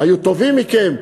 היו טובים מכם.